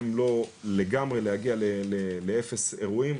אם לא לגמרי בכדי להגיע לאפס אירועים,